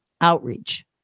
outreach